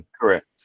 correct